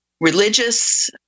religious